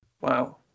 Wow